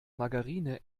margarine